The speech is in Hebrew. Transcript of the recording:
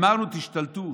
אמרנו: 'תשתלטו,